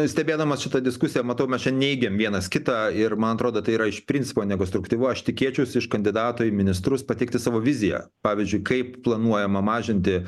stebėdamas šitą diskusiją matau mes čia neigiam vienas kitą ir man atrodo tai yra iš principo nekonstruktyvu aš tikėčiausi iš kandidato į ministrus pateikti savo viziją pavyzdžiui kaip planuojama mažinti